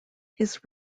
his